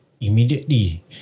immediately